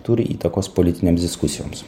turi įtakos politinėms diskusijoms